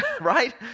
right